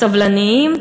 סבלניים,